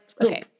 okay